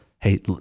hey